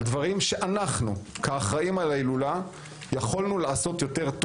על דברים שאנחנו כאחראים על ההילולה יכולנו לעשות טוב יותר.